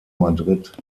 madrid